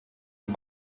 und